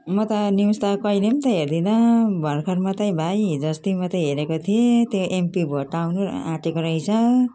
म त न्युज त कहिले पनि त हेर्दिनँ भर्खर मात्रै भाइ हिजोअस्ति मात्रै हेरेको थिएँ त्यही एमपी भोट आउनआँटेको रहेछ